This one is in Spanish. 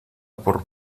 por